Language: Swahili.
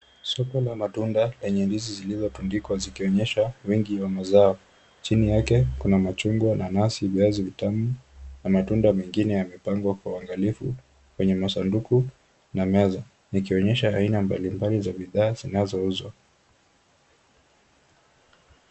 Shamba la matunda lenye ndizi zilizotundikwa zikionyesha wingi wa mazao. Chini yake, kuna machungwa, nanasi na viazi vitamu na matunda mengine yamepangwa kwa uangalifu kwenye masanduku na meza likionyesha bidhaa mbalimbali zinazouzwa.